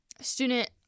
student